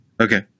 Okay